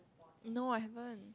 no I haven't